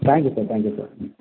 thank you sir thank you sir ம்